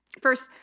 First